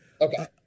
okay